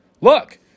Look